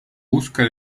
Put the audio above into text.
busca